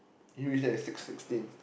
you are just six sixteen